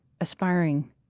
aspiring